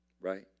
Right